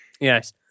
Yes